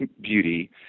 beauty